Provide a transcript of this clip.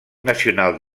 nacional